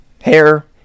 hair